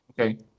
Okay